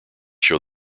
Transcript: show